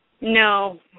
No